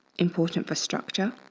important for structure.